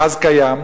הגז קיים,